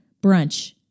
brunch